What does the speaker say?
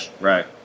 right